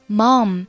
mom